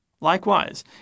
Likewise